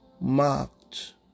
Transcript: marked